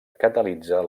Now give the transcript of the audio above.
catalitza